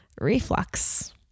reflux